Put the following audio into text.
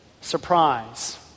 surprise